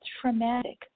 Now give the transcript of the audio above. traumatic